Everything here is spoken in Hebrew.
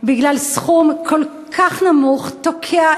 בגלל סכום כל כך נמוך תוקע,